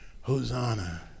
Hosanna